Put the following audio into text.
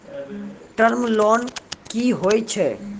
Term loan कि होय छै?